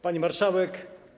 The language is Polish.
Pani Marszałek!